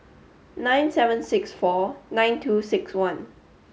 nine seven six four nine two six one